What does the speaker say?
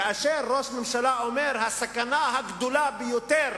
כאשר ראש ממשלה אומר: הסכנה הגדולה ביותר